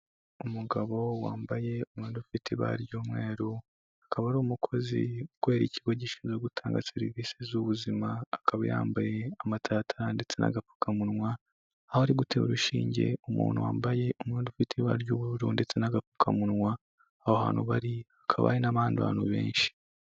Umugabo wambaye umwenda ufite ibara ry'umweru, akaba ari umukozi ukorera ikigo gishinzwe gutanga serivisi z'ubuzima, akaba yambaye amataratara ndetse n'agapfukamunwa, aho ari gute urushinge umuntu wambaye umwenda ufite ibara ry'ubururu ndetse n'agapfukamunwa, aho hantu bari hakaba hari n'abahandi bantu benshi.